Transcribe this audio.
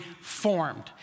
formed